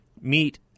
meet